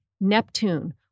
Neptune